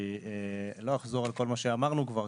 אני לא אחזור על כל מה שאמרנו כבר,